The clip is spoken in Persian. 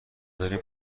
داریم